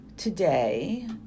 Today